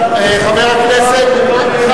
מה יש לשר המקשר לומר שלא נאמר?